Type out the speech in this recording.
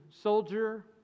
soldier